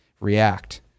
react